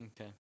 Okay